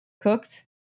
cooked